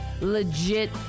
legit